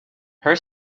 her